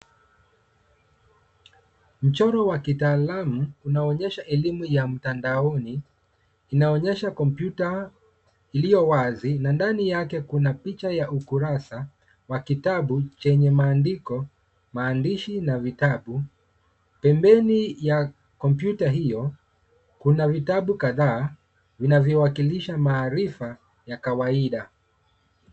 Mchoro wa kitaalamu unaonyesha elimu ya mtandaoni, inaonyesha kompyuta iliyo wazi na ndani yake kuna picha ya ukurasa wa kitabu chenye maandiko, maandishi na vitabu. Pembeni ya kompyuta hio, kuna vitabu kadhaa vinavyowakilisha maarifa ya kawaida.